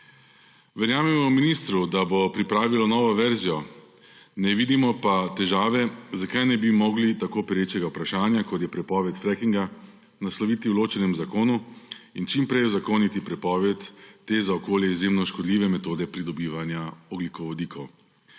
Verjamemo ministru, da bo pripravilo novo verzijo, ne vidimo pa težave, zakaj ne bi mogli tako perečega vprašanja, kot je prepoved frackinga, nasloviti v ločenem zakonu in čim prej uzakoniti prepoved te, za okolje izjemno škodljive metode pridobivanja ogljikovodikov.